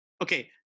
Okay